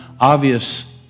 obvious